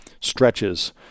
stretches